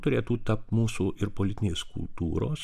turėtų tapt mūsų ir politinės kultūros